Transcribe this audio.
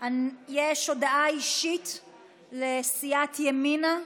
יש הודעה אישית לסיעת ימינה.